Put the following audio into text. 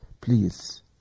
Please